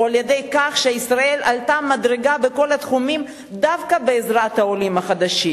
או על-ידי כך שישראל עלתה מדרגה בכל התחומים דווקא בעזרת העולים החדשים?